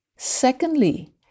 Secondly